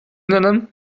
nennen